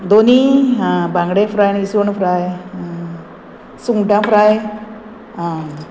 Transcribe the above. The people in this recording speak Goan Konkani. दोनी आं बांगडे फ्राय विसोण फ्राय आं सुंगटां फ्राय आं